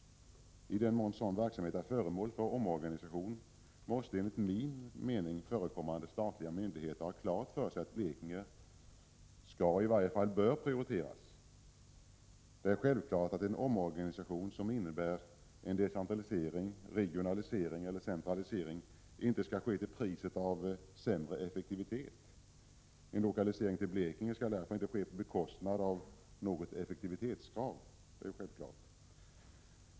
I den mån sådan verksamhet är föremål för omorganisation måste enligt min mening vederbörande statliga myndigheter ha klart för sig att Blekinge skall eller i varje fall bör prioriteras. Det är självklart att en omorganisation som innebär en decentralisering, regionalisering eller centralisering inte skall ske till priset av sämre effektivitet. En lokalisering till Blekinge skall därför självfallet inte ske på bekostnad av något effektivitetskrav.